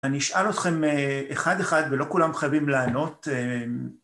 אני אשאל אתכם אחד-אחד, ולא כולם חייבים לענות.